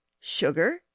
sugar